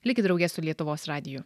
likit drauge su lietuvos radiju